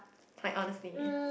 quite honestly